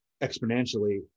exponentially